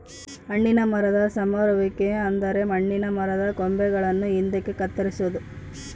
ಹಣ್ಣಿನ ಮರದ ಸಮರುವಿಕೆ ಅಂದರೆ ಹಣ್ಣಿನ ಮರದ ಕೊಂಬೆಗಳನ್ನು ಹಿಂದಕ್ಕೆ ಕತ್ತರಿಸೊದು